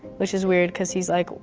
which is weird because he's like,